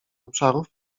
obszarów